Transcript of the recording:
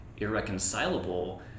irreconcilable